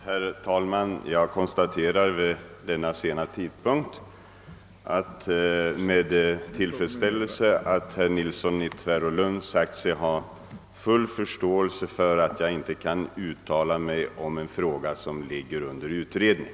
Herr talman! Med tillfredsställelse konstaterar jag vid denna sena tidpunkt att herr Nilsson i Tvärålund säger sig ha full förståelse för aft jag inte kan uttala mig om en fråga som ligger under utredning.